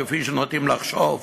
כפי שנוטים לחשוב.